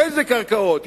אילו קרקעות?